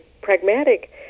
pragmatic